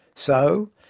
so,